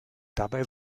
dabei